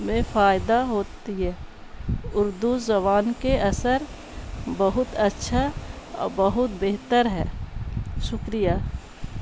میں فائدہ ہوتی ہے اردو زبان کے اثر بہت اچھا اور بہت بہتر ہے شکریہ